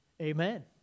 Amen